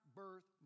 birth